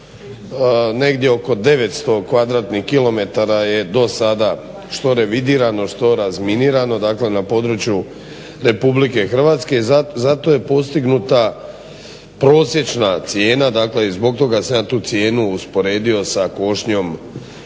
kilometara je do sada što revidirano, što razminirano dakle na području RH. Zato je postignuta prosječna cijena, dakle i zbog toga sam ja tu cijenu usporedio sa košnjom kvadrata